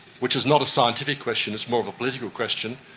which is not a scientific question, it's more of a political question.